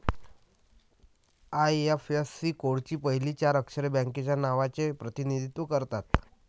IFSC कोडची पहिली चार अक्षरे बँकेच्या नावाचे प्रतिनिधित्व करतात